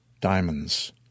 Diamonds